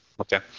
okay